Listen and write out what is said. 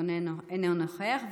אינו נוכח.